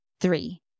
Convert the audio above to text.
Three